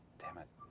damn it.